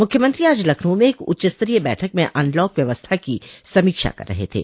मुख्यमंत्री आज लखनऊ में एक उच्चस्तरीय बैठक में अनलॉक व्यवस्था की समीक्षा कर रहे थे